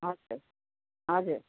हजुर